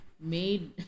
made